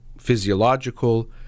physiological